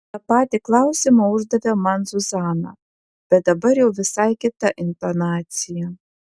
tą patį klausimą uždavė man zuzana bet dabar jau visai kita intonacija